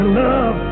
love